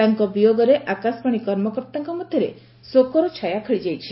ତାଙ୍କ ବିୟୋଗରେ ଆକାଶବାଶୀ କର୍ମକର୍ତ୍ତାଙ୍କ ମଧ୍ଧରେ ଶୋକର ଛାୟା ଖେଳିଯାଇଛି